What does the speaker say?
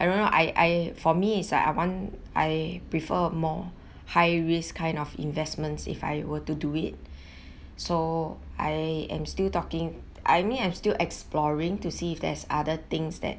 I don't know I I for me is that I want I prefer more high risk kind of investments if I were to do it so I am still talking I mean I'm still exploring to see if there's other things that